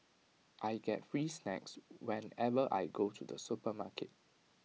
I get free snacks whenever I go to the supermarket